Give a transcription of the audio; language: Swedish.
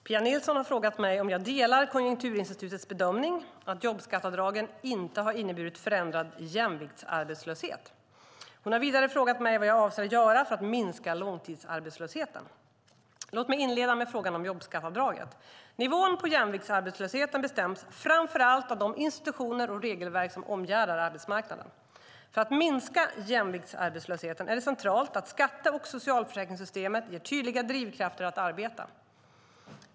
Pia Nilsson har frågat mig om jag delar Konjunkturinstitutets bedömning, att jobbskatteavdragen inte har inneburit förändrad jämviktsarbetslöshet. Hon har vidare frågat mig vad jag avser att göra för att minska långtidsarbetslösheten. Låt mig inleda med frågan om jobbskatteavdraget. Nivån på jämviktsarbetslösheten bestäms framför allt av de institutioner och regelverk som omgärdar arbetsmarknaden. För att minska jämviktsarbetslösheten är det centralt att skatte och socialförsäkringssystemet ger tydliga drivkrafter att arbeta.